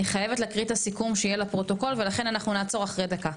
אני חייבת להקריא את הסיכום שיהיה לפרוטוקול ולכן אנחנו נעצור אחרי דקה.